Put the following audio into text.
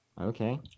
Okay